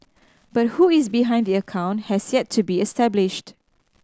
but who is behind the account has yet to be established